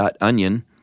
.onion